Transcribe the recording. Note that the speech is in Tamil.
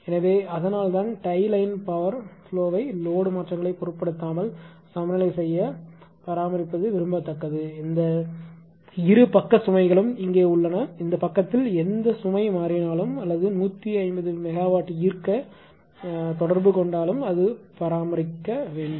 எனவே அதனால் தான் டை லைன் பவர் பிலௌவை லோடு மாற்றங்களைப் பொருட்படுத்தாமல் சமநிலை செய்ய பராமரிப்பது விரும்பத்தக்கது இரு பக்க சுமைகளும் இங்கே உள்ளன இந்த பக்கத்தில் எந்த சுமை மாறினாலும் அல்லது 150 மெகாவாட் ஈர்க்க தொடர்பு கொண்டாலும் அது பராமரிக்க வேண்டும்